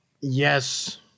Yes